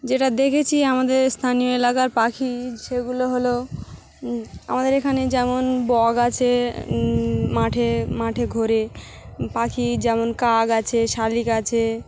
যেটা দেখেছি আমাদের স্থানীয় এলাকার পাখি সেগুলো হলো আমাদের এখানে যেমন বক আছে মাঠে মাঠে ঘোরে পাখি যেমন কাক আছে শালিক আছে